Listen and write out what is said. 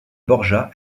borja